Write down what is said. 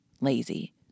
lazy